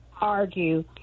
argue